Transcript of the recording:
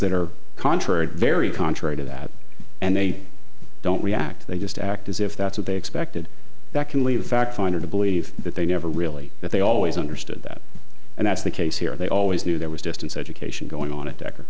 that are contrary very contrary to that and they don't react they just act as if that's what they expected that can lead factfinder to believe that they never really that they always understood that and that's the case here they always knew there was distance education going on a